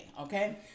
Okay